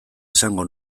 esango